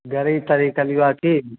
गड़ी तड़ी कहलियौ कि